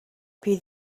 bydd